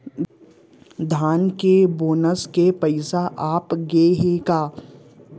धान के बोनस के पइसा आप गे हे का?